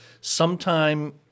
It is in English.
Sometime